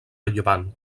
llevant